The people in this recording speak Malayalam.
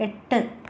എട്ട്